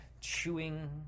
chewing